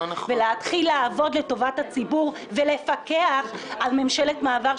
אנחנו צריכים להתחיל לעבוד לטובת הציבור ולפקח על ממשלת מעבר,